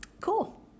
Cool